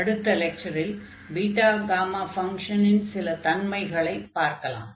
அடுத்த லெக்சரில் beta gamma ஃபங்ஷனின் Beta Gamma function சில தன்மைகளைப் பார்க்கலாம்